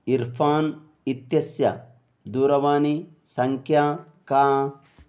इर्फ़ान् इत्यस्य दूरवाणीसङ्ख्या का